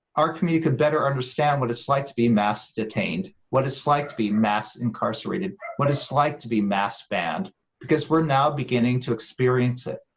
our community can better understand what it's like to be mass-detained what it's like to be mass-incarcerated what it's like to be mass-banned because we're now beginning to experience it.